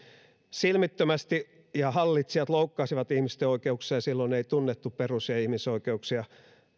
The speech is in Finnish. silmittömästi loukkasivat ihmisten oikeuksia silloin ei tunnettu perus ja ihmisoikeuksia